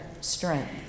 strength